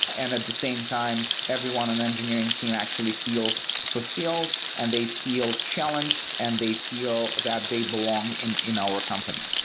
and at the same time everyone on the engineering team actually feels fulfilled fulfilled and they feel challenged and they feel that they belong in in our company.